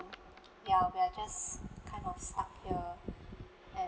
ya we are just kind of stuck here and